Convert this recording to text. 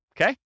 okay